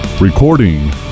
Recording